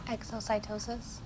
Exocytosis